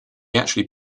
actually